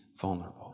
vulnerable